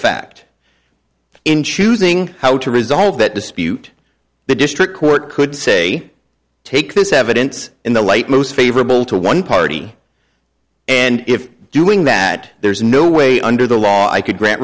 fact in choosing how to resolve that dispute the district court could say take this evidence in the light most favorable to one party and if doing that there's no way under the law i could grant